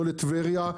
לא לטבריה,